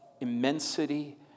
immensity